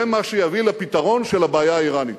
זה מה שיביא לפתרון של הבעיה האירנית.